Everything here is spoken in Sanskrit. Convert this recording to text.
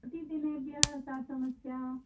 कतिदिनेभ्यः सा समस्या